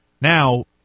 Now